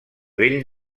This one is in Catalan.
bell